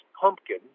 Pumpkin